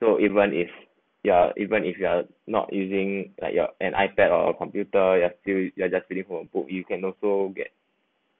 so even if ya even if you are not using like your an ipad or computer you are still you are just reading from a book you can also get